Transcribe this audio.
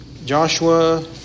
Joshua